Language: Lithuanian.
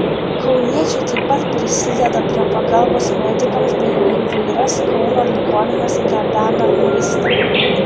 kauniečiai taip pat prisideda prie pagalbos medikams bei į įvairias kauno ligonines gabena maistą